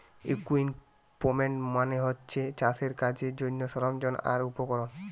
equipment মানে হচ্ছে চাষের কাজের জন্যে সরঞ্জাম আর উপকরণ